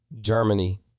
Germany